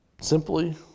simply